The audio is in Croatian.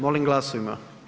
Molim glasujmo.